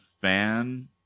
fan